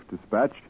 dispatch